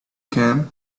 can